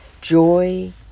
joy